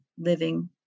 living